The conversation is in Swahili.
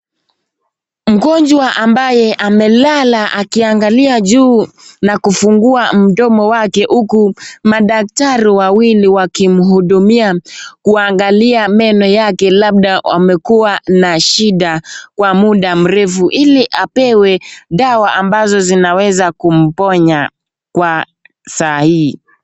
Mgonjwa ambaye amelala akiangalia juu na kufungua mdomo wake ,huku madaktari wawili wakimhudumia kuangalia meno yake labda amekua na shida Kwa muda mrefu ili apewe dawa ambazo zinaweza kumponya Kwa saa hii.